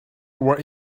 were